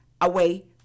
away